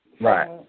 Right